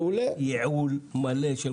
ייעול מלא.